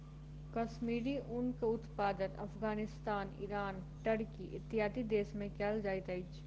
कश्मीरी ऊनक उत्पादन Afghanistan, Iran, Turkey, इत्यादि देश में कयल जाइत अछि